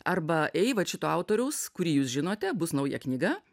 arba ei vat šito autoriaus kurį jūs žinote bus nauja knyga